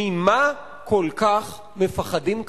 ממה כל כך מפחדים כאן?